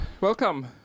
Welcome